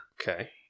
Okay